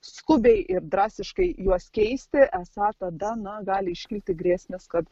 skubiai ir drastiškai juos keisti esą tada na gali iškilti grėsmės kad